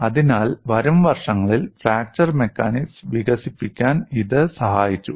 അതിനാൽ വരും വർഷങ്ങളിൽ ഫ്രാക്ചർ മെക്കാനിക്സ് വികസിപ്പിക്കാൻ ഇത് സഹായിച്ചു